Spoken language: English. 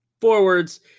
forwards